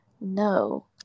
no